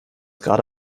gerade